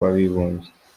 w’abibumbye